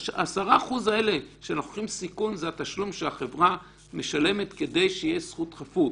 10% הסיכון שאנחנו לוקחים זה התשלום שהחברה משלמת כדי שתהיה זכות חפות.